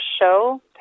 show